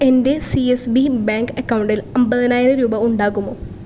എൻ്റെ C S B bank അക്കൗണ്ടിൽ അമ്പതിനായിരം രൂപ ഉണ്ടാകുമോ